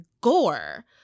gore